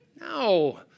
No